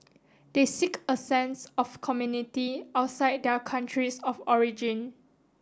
they seek a sense of community outside their countries of origin